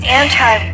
anti